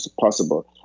possible